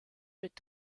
mit